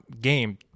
game